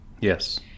Yes